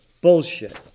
Bullshit